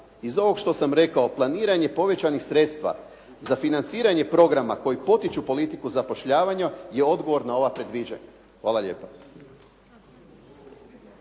iz ovog što sam rekao, planiranje povećanih sredstava za financiranje programa koji potiču politiku zapošljavanja je odgovor na ova predviđanja. Hvala lijepa.